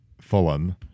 Fulham